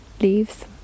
leaves